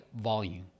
volume